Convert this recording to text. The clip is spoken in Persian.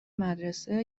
مدرسه